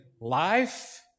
life